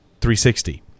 360